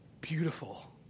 Beautiful